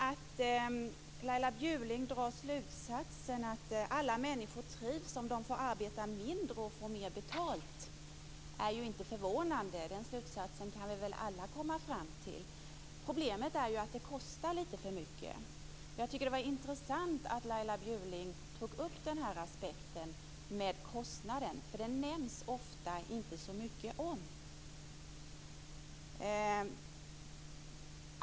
Att Laila Bjurling drar slutsatsen att alla människor trivs om de får arbeta mindre och får mer betalt är inte förvånande. Den slutsatsen kan vi väl alla dra. Problemet är bara att det kostar lite för mycket. Det var intressant att Laila Bjurling tog upp kostnadsaspekten, som det ofta inte nämns så mycket om.